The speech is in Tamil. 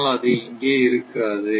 ஆனால் அது இங்கே இருக்காது